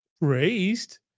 raised